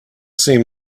seem